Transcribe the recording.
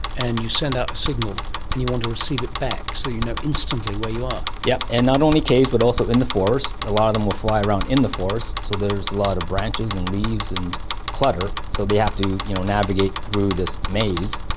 and you send out a signal and you want to receive it back so you know instantly where you are. yes, yeah and not only caves but also in the forest. a lot of them will fly around in the forest, so there is a lot of branches and leaves and clutter, so they have to you know navigate through this maze.